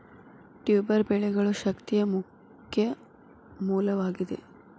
tuber ಬೆಳೆಗಳು ಶಕ್ತಿಯ ಮುಖ್ಯ ಮೂಲವಾಗಿದೆ